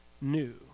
new